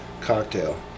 cocktail